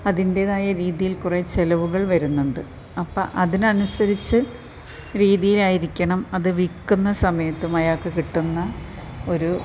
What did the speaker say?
അതിൻറ്റേതായ രീതിയിൽ കുറെ ചിലവുകൾ വരുന്നുണ്ട് അപ്പം അതിനനുസരിച്ച് രീതിയിലായിരിക്കണം അത് വിൽക്കുന്ന സമയത്തും അയാൾക്ക് കിട്ടുന്ന ഒരു